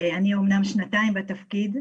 אז אני אמנם שנתיים בתפקיד,